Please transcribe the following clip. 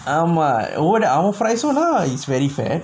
ஆமா அவ:aamaa ava price சு தா:su thaa its very fair